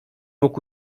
mógł